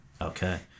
Okay